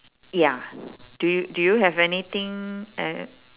ya do you do you have anything em~